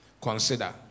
consider